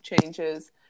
changes